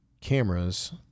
cameras